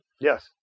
Yes